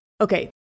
Okay